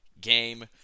game